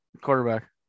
quarterback